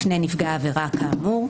לפני נפגע עבירה כאמור,